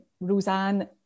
Roseanne